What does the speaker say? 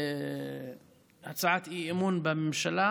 כהצעת אי-אמון בממשלה,